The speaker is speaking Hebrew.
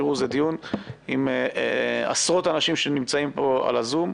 תראו, זה דיון עם עשרות אנשים שנמצאים פה על הזום,